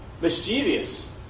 Mischievous